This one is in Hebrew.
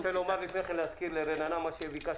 רק רוצה לומר לפני כן ולהזכיר לרננה מה שביקשתי